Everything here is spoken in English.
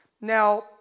Now